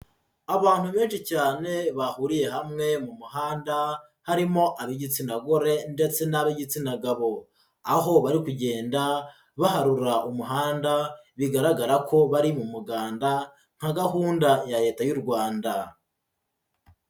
Abantu benshi cyane bahuriye hamwe mu muhanda, harimo ab'igitsina gore ndetse n'ab'igitsina gabo, aho bari kugenda baharura umuhanda, bigaragara ko bari mu muganda nka gahunda ya Leta y'u Rwanda.